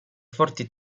forti